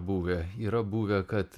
buvę yra buvę kad